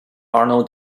arnold